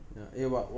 one smack [one]